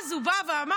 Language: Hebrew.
ואז הוא בא ואמר: